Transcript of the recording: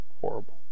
horrible